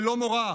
ללא מורא,